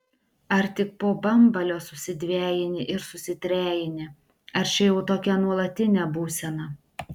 ar tik po bambalio susidvejini ir susitrejini ar čia jau tokia nuolatinė būsena